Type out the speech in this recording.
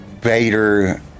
Vader